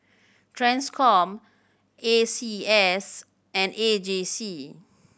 Transcom A C S and A J C